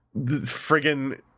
friggin